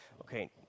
Okay